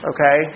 Okay